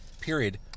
period